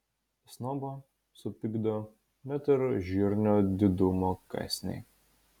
snobą supykdo net ir žirnio didumo kąsniai